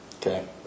Okay